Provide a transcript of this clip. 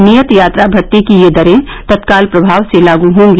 नियत यात्रा भत्ते की ये दरें तत्काल प्रभाव से लागू होंगी